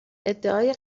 ادعای